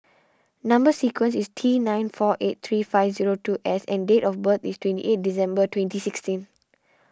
Number Sequence is T nine four eight three five zero two S and date of birth is twenty eight December twenty sixteen